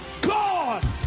God